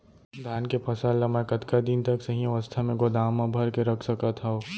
धान के फसल ला मै कतका दिन तक सही अवस्था में गोदाम मा भर के रख सकत हव?